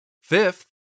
Fifth